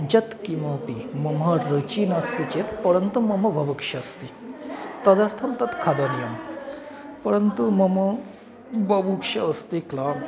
यत् किमपि मम रुचिः नास्ति चेत् परन्तु मम बुभुक्षा अस्ति तदर्थं तत् खादनीयं परन्तु मम बुभुक्षा अस्ति किल